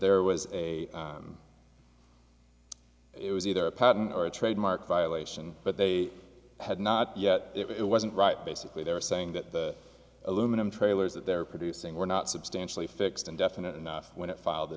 there was a it was either a patent or a trademark violation but they had not yet it wasn't right basically they're saying that the aluminum trailers that they're producing were not substantially fixed and definite enough when it filed t